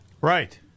Right